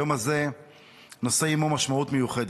היום הזה נושא עימו משמעות מיוחדת.